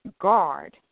guard